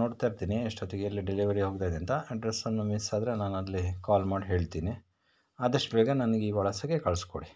ನೋಡ್ತಾ ಇರ್ತೀನಿ ಎಷ್ಟೊತ್ತಿಗೆ ಎಲ್ಲಿ ಡೆಲಿವರಿ ಹೋಗ್ತಾ ಇದೆ ಅಂತ ಅಡ್ರಸ್ ಅನ್ನು ಮಿಸ್ ಆದರೆ ನಾನು ಅಲ್ಲಿ ಕಾಲ್ ಮಾಡಿ ಹೇಳ್ತೀನಿ ಆದಷ್ಟು ಬೇಗ ನನಗೆ ಈ ವಿಳಾಸಕ್ಕೆ ಕಳ್ಸಿಕೊಡಿ